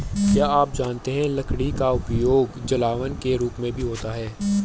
क्या आप जानते है लकड़ी का उपयोग जलावन के रूप में भी होता है?